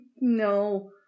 No